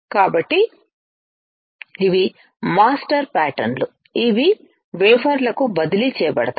కాబట్టి ఇవి master pattern లు ఇవి వేఫర్లకు బదిలీ చేయబడతాయి